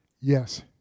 Yes